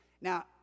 Now